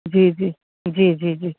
जी जी जी जी जी